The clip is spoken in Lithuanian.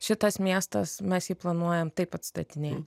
šitas miestas mes jį planuojam taip atstatinėti